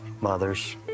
mothers